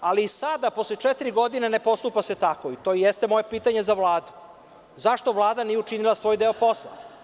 Ali i sada posle četiri godine se ne postupa tako i to jeste moje pitanje za Vladu – zašto Vlada nije učinila svoj deo posla?